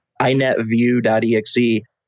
inetview.exe